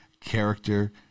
character